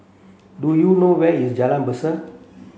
do you know where is Jalan Besar